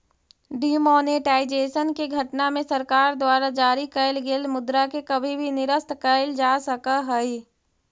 demonetisation के घटना में सरकार द्वारा जारी कैल गेल मुद्रा के कभी भी निरस्त कैल जा सकऽ हई